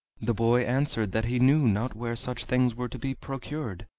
the boy answered that he knew not where such things were to be procured,